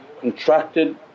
contracted